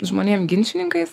žmonėm ginčininkais